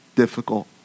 difficult